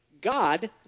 God